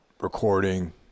recording